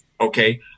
Okay